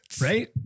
Right